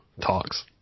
Talks